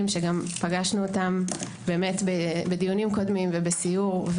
שפגשנו אותם בדיונים קודמים ובסיור.